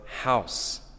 house